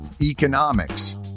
economics